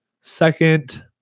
second